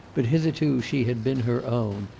but hitherto she had been her own,